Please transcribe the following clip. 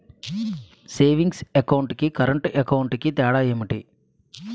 Savings account కి current account కి తేడా ఏమిటి?